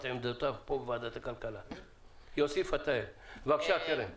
בבקשה ח"כ קרן ברק.